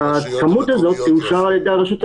שהכמות הזאת תאושר על ידי הרשות המקומית.